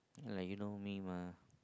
[alah] you know me mah